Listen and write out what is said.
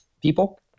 people